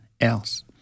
else